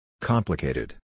Complicated